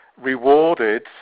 rewarded